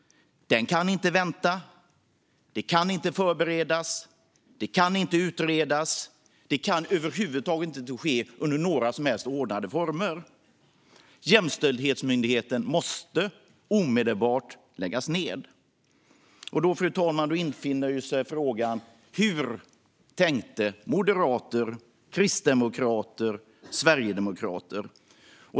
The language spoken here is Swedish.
Det kan inte vänta. Det kan inte förberedas. Det kan inte utredas. Det kan över huvud taget inte ske under några som helst ordnade former. Jämställdhetsmyndigheten måste omedelbart läggas ned. Då infinner sig frågan: Hur tänkte moderater, kristdemokrater och sverigedemokrater?